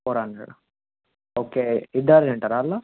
four hundred okay ఇద్దరు తింటారా అందులో